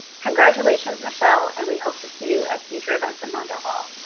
congratulations, michelle and we hope to see you at future events in mondale hall!